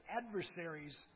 adversaries